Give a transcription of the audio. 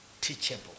teachable